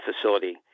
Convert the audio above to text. facility